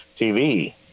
tv